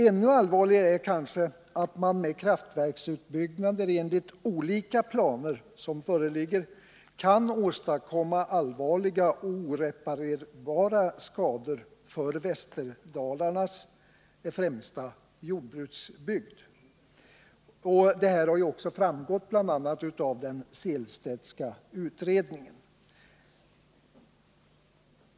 Ännu allvarligare är kanske att man med kraftverksutbyggnader enligt olika planer som föreligger kan åstadkomma allvarliga och oreparerbara skador för Västerdalarnas främsta jordbruksbygd. Detta har också framgått av bl.a. den Sehlstedska utredningen.